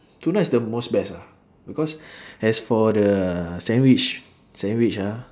tuna is the most best ah because as for the sandwich sandwich ah